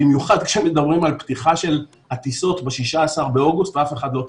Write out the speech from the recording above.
במיוחד כשמדברים על פתיחה של הטיסות ב-16 באוגוסט ואף אחד לא צוחק.